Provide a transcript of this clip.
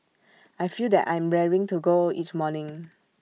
I feel that I'm raring to go each morning